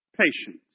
Patient